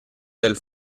del